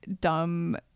dumb